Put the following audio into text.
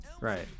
Right